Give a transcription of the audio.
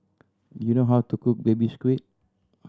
do you know how to cook Baby Squid